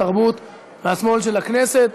התרבות והספורט של הכנסת.